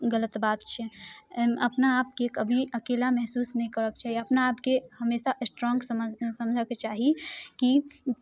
गलत बात छै अइमे अपना आपके कभी अकेला महसूस नहि करऽके चाही अपना आपके हमेशा स्ट्रॉग समझ समझऽके चाही कि